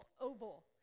oval